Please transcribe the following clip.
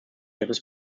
ihres